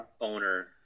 owner